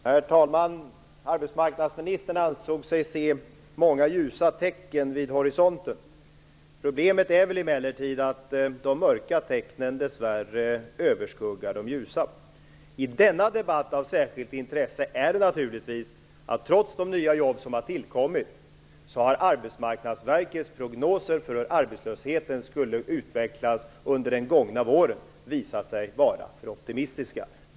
Herr talman! Arbetsmarknadsministern ansåg sig se många ljusa tecken vid horisonten. Problemet är emellertid att de mörka tecknen dess värre överskuggar de ljusa. I denna debatt är naturligtvis av särskilt intresse att trots de nya jobb som har tillkommit har Arbetsmarknadsverkets prognoser för hur arbetslösheten skulle utvecklas under våren visat sig vara för optimistiska.